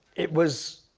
it was.